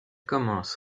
commence